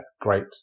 great